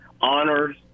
honors